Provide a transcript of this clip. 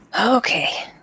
okay